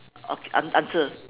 okay an~ answer